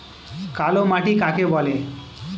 কালোমাটি কাকে বলে?